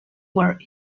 were